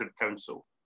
Council